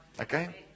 Okay